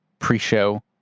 pre-show